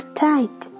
tight